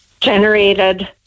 generated